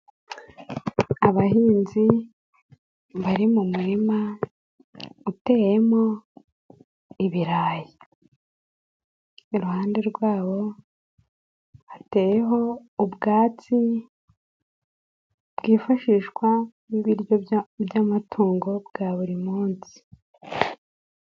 Abahinzi bari mu murima uteyemo ibirayi, iruhande rwabo hateyeho ubwatsi bwifashishwa nk'ibiryo by'amatungo bwa buri munsi.